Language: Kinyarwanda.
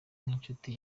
nk’inshuti